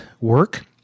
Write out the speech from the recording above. work